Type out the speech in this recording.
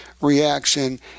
reaction